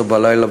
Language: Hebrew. מ-24:00,